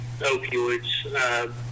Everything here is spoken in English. opioids